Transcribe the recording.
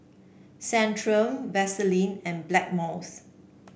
Centrum Vaselin and Blackmores